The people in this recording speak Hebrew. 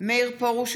מאיר פרוש,